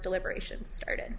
deliberations started